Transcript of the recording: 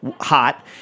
hot